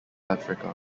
africa